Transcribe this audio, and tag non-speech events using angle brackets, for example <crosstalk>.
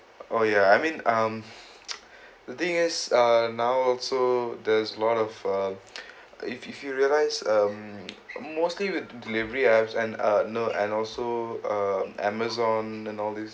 oh ya I mean um <noise> the thing is uh now also there's a lot of uh <noise> if you if you realise um mostly with delivery apps and uh no and also uh Amazon and all these